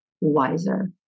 wiser